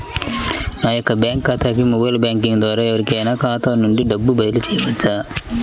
నా యొక్క బ్యాంక్ ఖాతాకి మొబైల్ బ్యాంకింగ్ ద్వారా ఎవరైనా ఖాతా నుండి డబ్బు బదిలీ చేయవచ్చా?